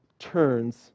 turns